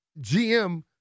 GM